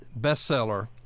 bestseller